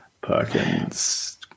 Perkins